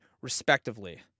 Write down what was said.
respectively